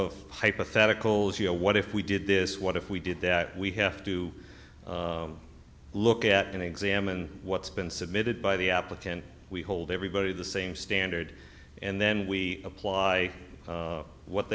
of hypotheticals you know what if we did this what if we did that we have to look at and examine what's been submitted by the applicant we hold everybody the same standard and then we apply what